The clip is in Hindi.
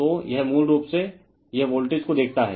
तो यह मूल रूप से यह वोल्टेज को देखता है